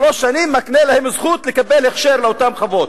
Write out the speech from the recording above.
שלוש שנים מקנות להם זכות לקבל הכשר לאותן חוות,